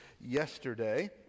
yesterday